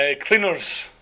Cleaners